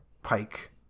Pike